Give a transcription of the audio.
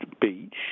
Beach